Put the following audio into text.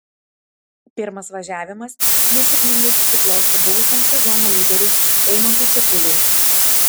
pirmas važiavimas nesėkmingai susiklostė buvusiam sezono lyderiui eimantui čepuliui